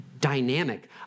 dynamic